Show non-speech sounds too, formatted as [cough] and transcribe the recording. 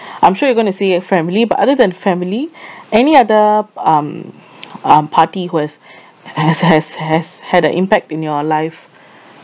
I'm sure you're going to say family but other than family [breath] any other um um party who has has has has had an impact in your life